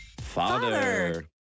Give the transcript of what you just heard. Father